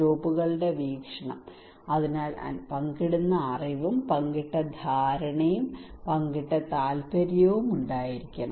ഗ്രൂപ്പുകളുടെ വീക്ഷണം അതിനാൽ പങ്കിടുന്ന അറിവും പങ്കിട്ട ധാരണയും പങ്കിട്ട താൽപ്പര്യവും ഉണ്ടായിരിക്കണം